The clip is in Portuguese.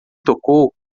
tocou